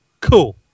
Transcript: Cool